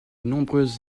nombreuses